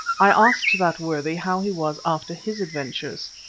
i asked that worthy how he was after his adventures.